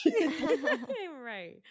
Right